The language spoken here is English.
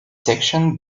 section